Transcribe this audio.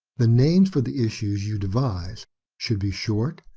the names for the issues you devise should be short,